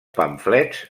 pamflets